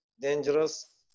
dangerous